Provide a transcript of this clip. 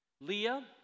Leah